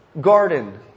garden